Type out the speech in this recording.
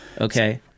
Okay